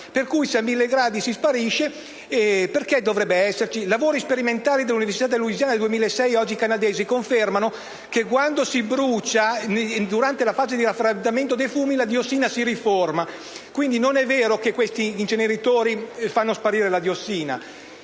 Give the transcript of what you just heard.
per cui se a 1.000 gradi sparisce perché dovrebbe esserci? Lavori sperimentali dell'Università della Louisiana del 2006 e oggi studiosi canadesi, confermano che quando si brucia diossina, durante la fase di raffreddamento dei fumi questa si riforma. Quindi, non è vero che gli inceneritori fanno sparire la diossina.